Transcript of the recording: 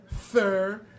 sir